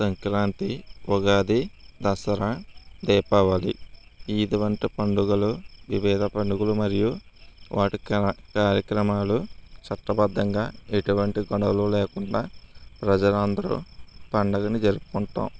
సంక్రాంతి ఉగాది దసరా దీపావళి ఇటువంటి పండగలు వివిధ పండగలు మరియు వాటి కార్యక్రమాలు చట్టబద్ధంగా ఎటువంటి గొడవలు లేకుండా ప్రజలు అందరూ పండగని జరుపుకుంటాము